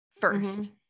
first